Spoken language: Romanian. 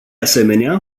asemenea